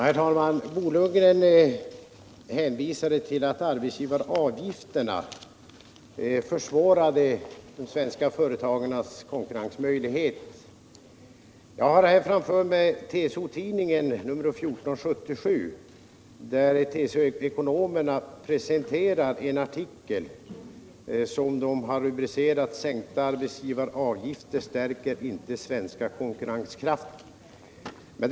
Herr talman! Bo Lundgren hänvisade till att arbetsgivaravgifterna försvårar de svenska företagarnas konkurrensmöjligheter. Jag har i min hand TCO-tidningen nr 14 år 1977, där TCO-ekonomerna presenterar en artikel, som de har rubricerat Sänkta arbetsgivaravgifter stärker inte den svenska konkurrenskraften.